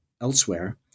elsewhere